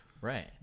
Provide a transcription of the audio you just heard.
Right